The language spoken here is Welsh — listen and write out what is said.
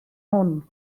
hwn